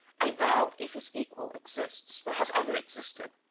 i doubt if his equal exists, or has ever existed.